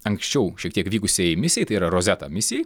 anksčiau šiek tiek vykusiai misijai tai yra rozeta misijai